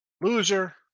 loser